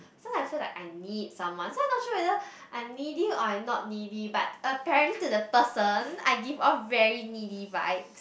sometime I feel like I need someone so I not sure whether I'm needy or I'm not needy but apparently to the person I give off very needy vibes